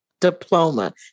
diploma